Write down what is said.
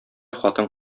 хатын